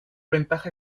ventaja